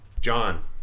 John